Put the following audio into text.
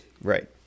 right